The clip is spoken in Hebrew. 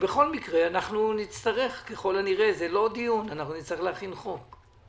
בכל מקרה, אנחנו נצטרך ככל הנראה להכין חוק.